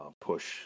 push